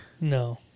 No